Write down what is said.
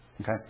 Okay